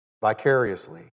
vicariously